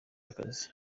akazi